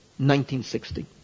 1960